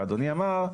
ואדוני אמר: